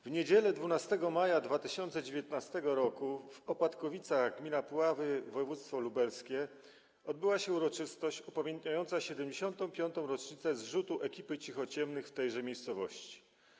W niedzielę 12 maja 2019 r. w Opatkowicach gmina Puławy województwo lubelskie odbyła się uroczystość upamiętniająca 75. rocznicę zrzutu ekipy cichociemnych w tejże miejscowości.